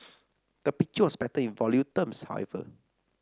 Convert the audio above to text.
the picture was better in volume terms however